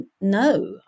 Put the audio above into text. no